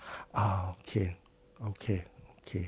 ah okay okay okay